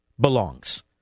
belongs